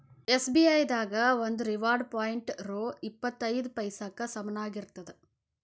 SBI ದಾಗ ಒಂದು reward point ರೊ ಇಪ್ಪತ್ ಐದ ಪೈಸಾಕ್ಕ ಸಮನಾಗಿರ್ತದ